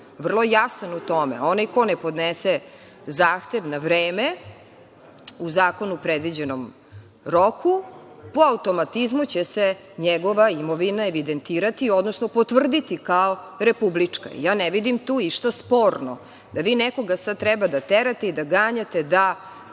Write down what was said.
vrlo jasan u tome. Onaj ko ne podnese zahtev na vreme, u zakonom predviđenom roku, po automatizmu će se njegova imovina evidentirati, odnosno potvrditi kao republička. Ne vidim tu ništa sporno da vi nekoga sad trebate da terate i da ganjate da